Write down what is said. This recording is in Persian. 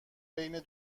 بین